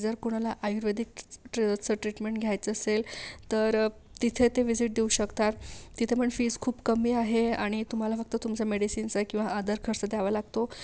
जर कोणाला आयुर्वेदिकच चं ट्रीटमेंट घ्यायचं असेल तर तिथं ते व्हिजिट देऊ शकतात तिथं पण फीज खूप कमी आहे आणि तुम्हाला फक्त तुमचं मेडिसिनच किंवा दरखर्च दयावा लागतो